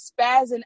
spazzing